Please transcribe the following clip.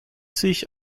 sich